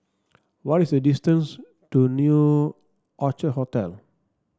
what is the distance to New Orchid Hotel